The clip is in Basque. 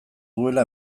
duela